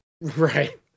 Right